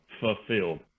fulfilled